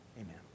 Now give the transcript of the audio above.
Amen